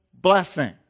blessing